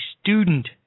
student